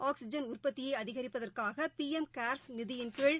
oxygen உற்பத்தியைஅதிகிப்பதற்காகபிளம் cares நிதியின் கீழ்